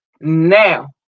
Now